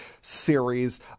series